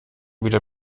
wieder